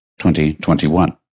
2021